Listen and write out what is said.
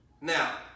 Now